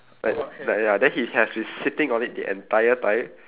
like like ya then he has been sitting on it the entire time